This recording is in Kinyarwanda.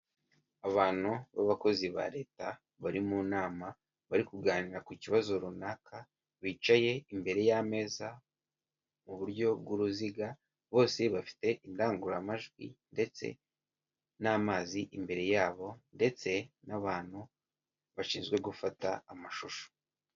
Abantu b'abakozi ba leta bari mu nama bari kuganira ku kibazo runaka, bicaye imbere y'ameza mu buryo bw'uruziga bose bafite indangururamajwi ndetse n'amazi imbere yabo ndetse n'abantu bashinzwe gufata amashusho.